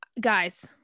Guys